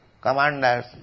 commanders